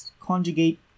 conjugate